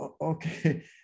Okay